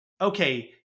okay